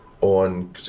on